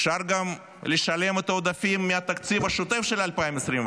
אפשר גם לשלם את העודפים מהתקציב השוטף של 2024,